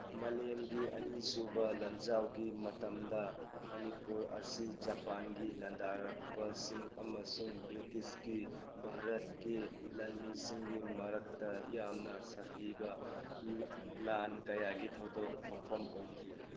ꯃꯂꯦꯝꯒꯤ ꯑꯅꯤꯁꯨꯕ ꯂꯥꯟꯖꯥꯎꯒꯤ ꯃꯇꯝꯗ ꯃꯅꯤꯄꯨꯔ ꯑꯁꯤ ꯖꯄꯥꯟꯒꯤ ꯂꯥꯟꯗꯥꯔꯛꯄ ꯑꯃꯁꯨꯡ ꯕ꯭ꯔꯤꯇꯤꯁꯀꯤ ꯚꯥꯔꯠꯀꯤ ꯂꯥꯟꯃꯤꯁꯤꯡꯒꯤ ꯃꯔꯛꯇ ꯌꯥꯝꯅ ꯁꯥꯊꯤꯕ ꯂꯥꯟ ꯀꯌꯥꯒꯤ ꯊꯧꯗꯣꯛ ꯊꯣꯛꯐꯝ ꯑꯣꯏꯈꯤ